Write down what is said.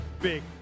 big